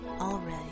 already